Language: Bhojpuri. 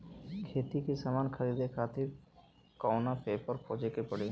खेती के समान खरीदे खातिर कवना ऐपपर खोजे के पड़ी?